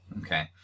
Okay